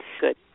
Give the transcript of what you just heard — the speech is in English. Good